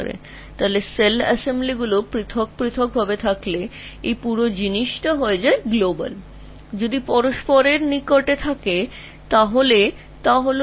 সুতরাং একবার সেল অ্যাসেমব্লিগুলি ব্যাপকভাবে আলাদা হয়ে গেলে এই পুরো জিনিসটি বিশ্বব্যাপী বা global হয়ে ওঠে যদি তারা কাছাকাছি অবস্থানে থাকে তবে স্থানীয় বা local